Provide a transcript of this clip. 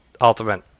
Ultimate